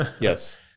yes